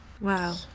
Wow